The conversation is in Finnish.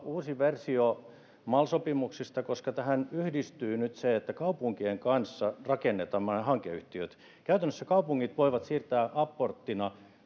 uusi versio mal sopimuksista koska tähän yhdistyy nyt se että kaupunkien kanssa rakennetaan tämmöiset hankeyhtiöt käytännössä kaupungit voivat siirtää apporttina